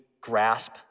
grasp